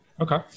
Okay